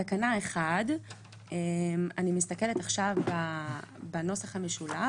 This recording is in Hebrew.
בתקנה 1 לפי הנוסח המשולב,